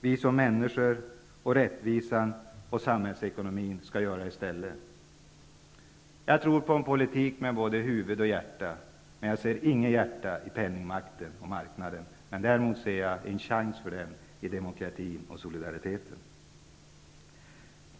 vi som människor, rättvisan och samhällsekonomin skall göra det i stället. Jag tror på en politik med både huvud och hjärta. Men jag ser inget hjärta i penningmakten och marknaden. Däremot ser jag en chans för hjärtat i demokratin och solidariteten.